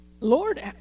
Lord